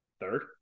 third